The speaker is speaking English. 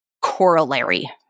corollary